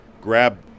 grab